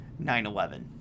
9-11